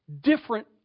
Different